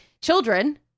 children